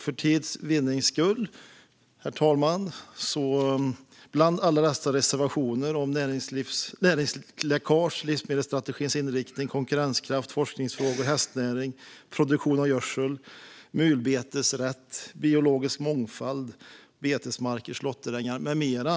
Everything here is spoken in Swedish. Det handlar om näringsläckage, livsmedelsstrategins inriktning, konkurrenskraft, forskningsfrågor, hästnäring, produktion av gödsel, mulbetesrätt, biologisk mångfald, betesmarker, slåtterängar med mera.